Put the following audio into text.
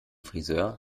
frisör